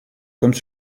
comme